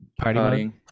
Partying